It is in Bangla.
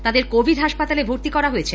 তাদের কোভিড হাসপাতালে ভর্তি করা হয়েছে